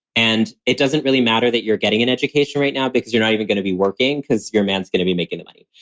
and it doesn't really matter that you're getting an education right now because you're not even going to be working because your man's going to be making the money.